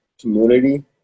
community